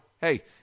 hey